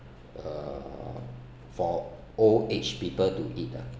uh for old age people to eat lah